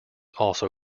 also